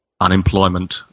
unemployment